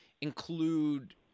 include